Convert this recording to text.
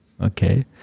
okay